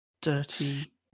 Dirty